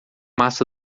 massa